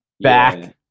back